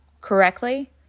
correctly